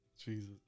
Jesus